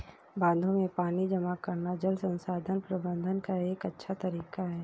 बांधों में पानी जमा करना जल संसाधन प्रबंधन का एक अच्छा तरीका है